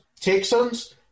Texans